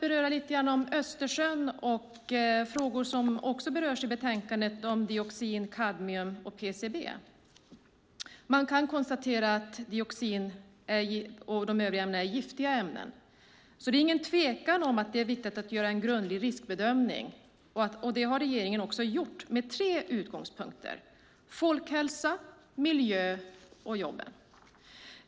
Betänkandet berör också frågan om de giftiga ämnena dioxin, kadmium och PCB i Östersjön. Det råder ingen tvekan om att det är viktigt att göra en grundlig riskbedömning, vilket regeringen också har gjort utifrån de tre utgångspunkterna folkhälsa, miljö och jobb.